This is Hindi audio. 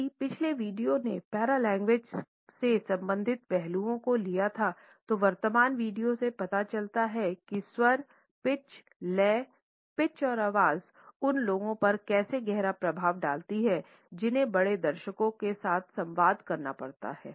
यदि पिछले वीडियो ने पैरालेंग्वेज से संबंधित पहलुओं को लिया था तो वर्तमान वीडियो से पता चलता है कि स्वर पिच लय पिच और आवाज़ उन लोगों पर कैसे गहरा प्रभाव डालती है जिन्हें बड़े दर्शकों के साथ संवाद करना पड़ता है